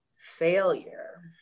Failure